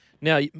Now